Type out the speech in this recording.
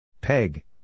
Peg